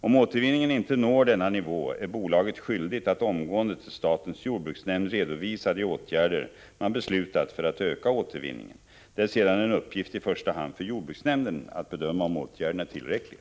Om återvinningen inte når denna nivå är bolaget skyldigt att omgående till statens jordbruksnämnd redovisa de åtgärder man beslutat för att öka återvinningen. Det är sedan en uppgift i första hand för jordbruksnämnden att bedöma om åtgärderna är tillräckliga.